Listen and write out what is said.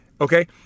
okay